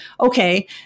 okay